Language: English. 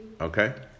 okay